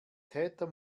täter